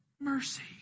Mercy